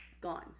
gone